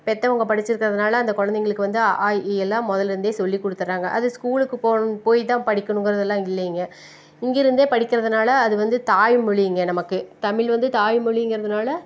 பெற்றவங்க படிச்சிருக்கிறதுனால் அந்த குழந்தைங்களுக்கு வந்து அ ஆ இ ஈ எல்லாம் முதலில் இருந்தே சொல்லி கொடுத்துர்றாங்க அது ஸ்கூலுக்கு போணும் போய்தான் படிக்கணுங்கிறதெல்லாம் இல்லைங்க இங்கிருந்தே படிக்கிறதுனால் அதுவந்து தாய்மொழிங்க நமக்கு தமிழ் வந்து தாய்மொழிங்கிறதுனால்